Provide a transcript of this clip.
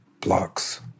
blocks